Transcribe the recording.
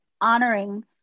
honoring